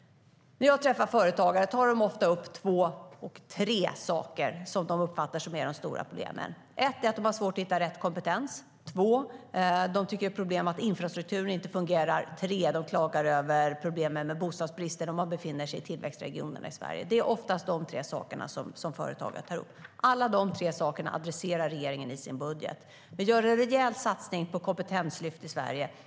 När jag träffar företagare tar de ofta upp tre saker som de uppfattar som de stora problemen. Det första är att de har svårt att hitta rätt kompetens. Det andra är att de tycker att det är problematiskt att infrastrukturen inte fungerar. Det tredje är att de klagar över problemet med bostadsbristen i tillväxtregionerna i Sverige. Det är oftast de tre sakerna som företagare tar upp. Alla dessa tre saker adresserar regeringen i sin budget. Vi gör en rejäl satsning på kompetenslyft i Sverige.